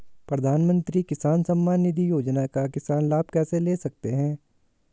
प्रधानमंत्री किसान सम्मान निधि योजना का किसान लाभ कैसे ले सकते हैं?